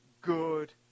good